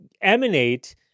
emanate